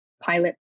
pilot